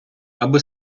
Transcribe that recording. аби